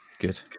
Good